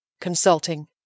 Consulting